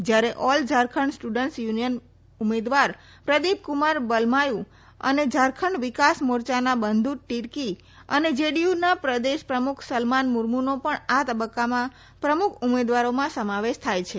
જયારે all Jharkhand students union ઉમેદવાર પ્રદીપક્રમાર બલમાયુ અને ઝારખંડ વિકાસ મોરચા ના બંધુ ટીર્કી અને જેડીયુના પ્રદેશ પ્રમુખ સલમાન મુર્મુનો પણ આ તબકકામાં પ્રમુખ ઉમેદવારોમાં સમાવેશ થાય છે